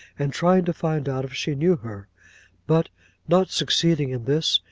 and trying to find out if she knew her but not succeeding in this,